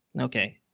Okay